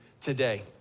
today